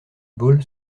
ball